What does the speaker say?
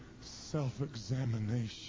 self-examination